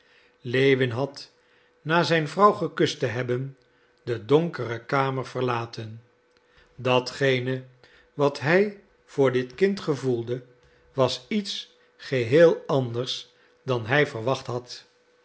lewin had na zijn vrouw gekust te hebben de donkere kamer verlaten datgene wat hij voor dit kind gevoelde was iets geheel anders dan hij verwacht had